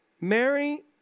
Mary